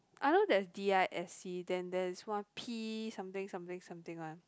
I know the D_I_S_C then there is one P something something something one